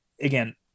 Again